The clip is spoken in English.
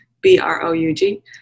B-R-O-U-G